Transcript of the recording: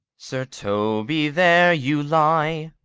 sir toby, there you lie.